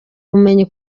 ubumenyi